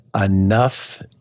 enough